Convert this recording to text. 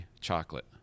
chocolate